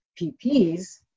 PPs